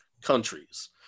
countries